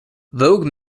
vogue